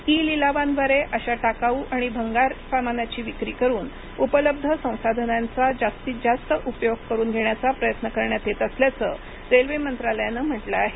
E लिलावांद्वारे अशा टाकाऊ आणि भंगार सामानाची विक्री करून उपलब्ध संसाधनांची जास्तीत जास्त उपयोग करून घेण्याचा प्रयत्न करण्यात येत असल्याचं रेल्वे मंत्रालयानं म्हटलं आहे